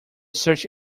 search